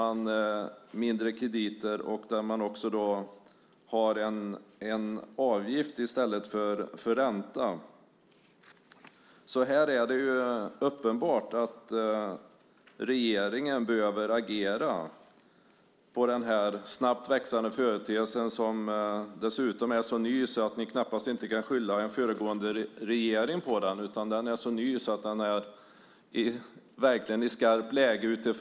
Dessutom har lånen en avgift i stället för ränta. Det är uppenbart att regeringen behöver agera mot denna snabbt växande företeelse. Den är ju så ny att ni knappast kan beskylla den tidigare regeringen för den, och nu är den i ett skarpt läge.